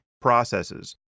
processes